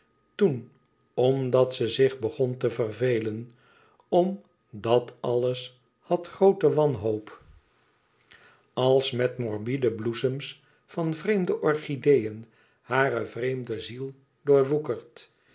toen omdat ze zich begon te vervelen om dat alles had groote wanhoop als met morbide bloesems van vreemde orchideeën hare vreemde ziel doorwoekerd